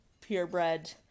purebred